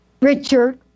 Richard